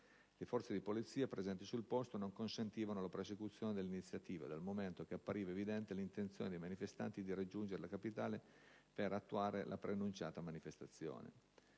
Le forze di polizia presenti sul posto non consentivano la prosecuzione dell'iniziativa, dal momento che appariva evidente l'intenzione dei manifestanti di raggiungere la Capitale per attuare la preannunciata manifestazione.